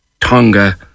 Tonga